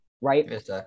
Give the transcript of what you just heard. right